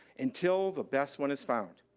until the best one is found.